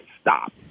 Stop